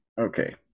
Okay